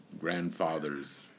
grandfather's